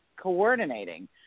coordinating